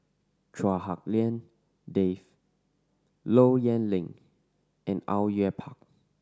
Chua Hak Lien Dave Low Yen Ling and Au Yue Pak